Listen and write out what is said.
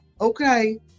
okay